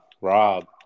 Rob